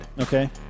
Okay